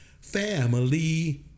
family